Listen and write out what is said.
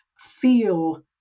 feel